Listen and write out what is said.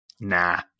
nah